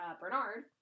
Bernard